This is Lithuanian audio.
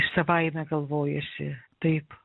savaime galvojasi taip